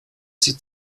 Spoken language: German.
sie